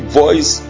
voice